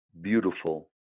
beautiful